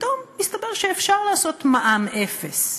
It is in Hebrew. פתאום מסתבר שאפשר לעשות מע"מ אפס.